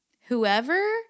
whoever